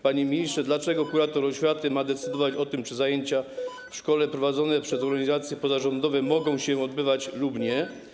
Panie ministrze, dlaczego kurator oświaty ma decydować o tym, czy zajęcia w szkole prowadzone przez organizacje pozarządowe mogą się odbywać lub nie?